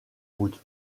route